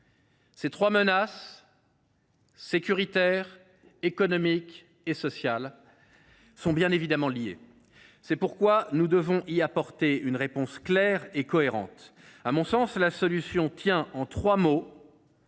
Ces trois menaces, sécuritaire, économique et sociale, sont bien évidemment liées. C’est pourquoi nous devons y apporter une réponse claire et cohérente. À mon sens, la solution tient en trois mots